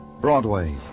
Broadway